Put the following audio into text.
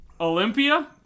Olympia